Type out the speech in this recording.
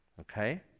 okay